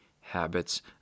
Habits